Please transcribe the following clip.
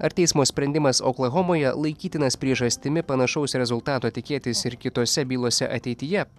ar teismo sprendimas oklahomoje laikytinas priežastimi panašaus rezultato tikėtis ir kitose bylose ateityje